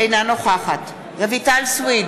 אינה נוכחת רויטל סויד,